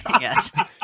yes